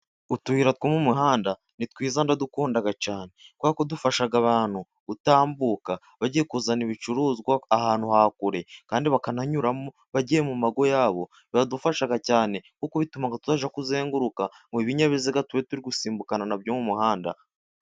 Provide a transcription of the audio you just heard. Utuyira two mu muhanda ni twiza ndadukunda cyane kubera ko dufasha abantu gutambuka bagiye kuzana ibicuruzwa ahantu ha kure, kandi bakananyuramo bagiye mu ngo zabo. biradufasha cyane kuba bituma tutajya kuzenguruka mu ibinyabiziga tuba turi gusimbukana na byo mu muhanda.